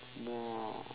more